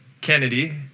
Kennedy